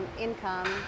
income